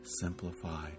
simplify